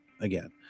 again